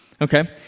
Okay